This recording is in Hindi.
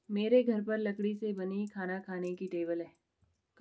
मेरे घर पर लकड़ी से बनी खाना खाने की टेबल है